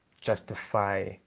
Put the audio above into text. justify